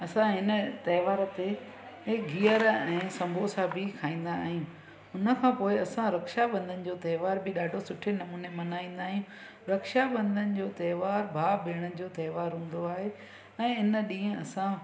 असां हिन त्योहार ते गिहर ऐं समोसा बि खाईंदा आहियूं हुन खां पोइ असां रक्षाबंधन जो त्योहार बि ॾाढो सुठे नमूने मल्हाईंदा आहियूं रक्षाबंधन जो त्योहार भाउ भेण जो त्योहार हूंदो आहे ऐं हिन ॾींहुं असां